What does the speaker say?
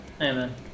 Amen